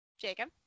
Jacob